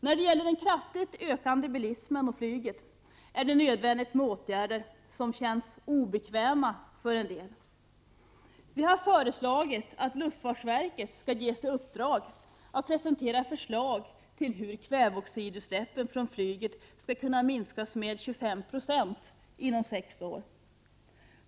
När det gäller den kraftigt ökande bilismen och flyget är det nödvändigt med åtgärder som känns obekväma för en del. Vi har föreslagit att luftfartsverket skall ges i uppdrag att presentera förslag till hur kväveoxidutsläppen från flyget skall kunna minskas med 25 96 inom sex år.